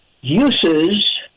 uses